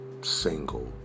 single